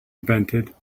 invented